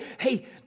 hey